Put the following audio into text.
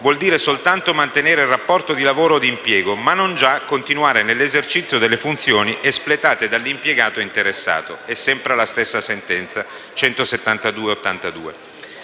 vuol dire soltanto mantenere il rapporto di lavoro o di impiego, ma non già continuare nell'esercizio delle funzioni espletate dall'impiegato interessato» (si veda ancora la sentenza n.